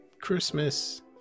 Christmas